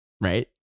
Right